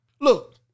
look